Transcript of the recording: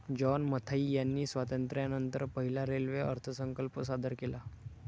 John Mathai यांनी स्वातंत्र्यानंतर पहिला रेल्वे अर्थसंकल्प सादर केला